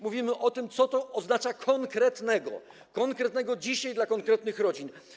Mówimy o tym, co to oznacza konkretnego - konkretnego dzisiaj dla konkretnych rodzin.